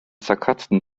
zerkratzten